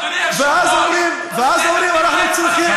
ואז אומרים: אנחנו צריכים,